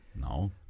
No